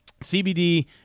CBD